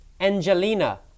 Angelina